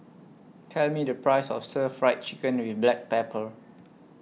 Tell Me The Price of Stir Fried Chicken with Black Pepper